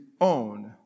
own